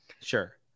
Sure